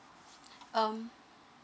um